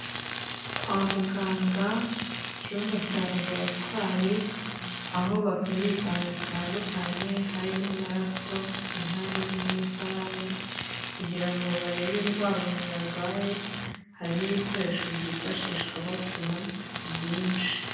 Kwa muganga icyumba cya laboratwari aho bapima ibizami bitandukanye harimo amaraso, inkari n'umusarane, kugira ngo barebe indwara umuntu arwaye, harimo ibikoresho byifashishwa bapima byinshi.